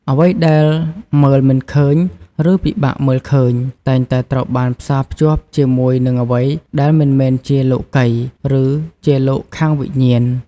អ្វីដែលមើលមិនឃើញ ឬពិបាកមើលឃើញ តែងតែត្រូវបានផ្សារភ្ជាប់ជាមួយនឹងអ្វីដែលមិនមែនជាលោកិយ ឬជាលោកខាងវិញ្ញាណ ។